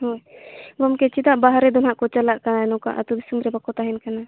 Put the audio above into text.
ᱦᱳᱭ ᱜᱚᱢᱠᱮ ᱪᱮᱫᱟᱜ ᱵᱟᱨᱦᱮ ᱫᱚ ᱱᱟᱦᱟᱜ ᱠᱚ ᱪᱟᱞᱟᱜ ᱠᱟᱱᱟ ᱱᱚᱝᱠᱟ ᱟᱹᱛᱩ ᱫᱤᱥᱚᱢ ᱨᱮ ᱵᱟᱠᱚ ᱛᱟᱦᱮᱱ ᱠᱟᱱᱟ